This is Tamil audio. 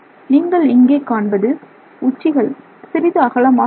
நீங்கள் இங்கே காண்பது உச்சிகள் சிறிது அகலமாக உள்ளன